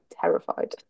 terrified